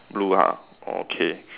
blue ha okay